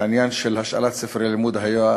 העניין של השאלת ספרי לימוד היה,